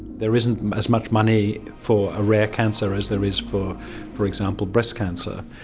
there isn't as much money for a rare cancer as there is for, for example, breast cancer,